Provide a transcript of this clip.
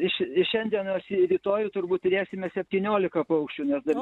iš iš šiandienos į rytojų turbūt turėsime septyniolika paukščių nes dar